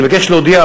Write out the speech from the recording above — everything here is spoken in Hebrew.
אני מבקש להודיע,